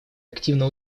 активно